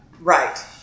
right